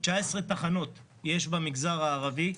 19 תחנות יש במגזר הערבי,